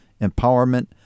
Empowerment